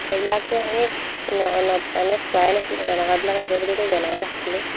সেইবিলাকতো আমি ন ন মানে চোৱাই নাছিলোঁ তেনেকুৱাবিলাক আহিব বুলিতো জনাই নাছিলোঁ